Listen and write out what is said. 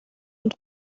und